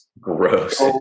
gross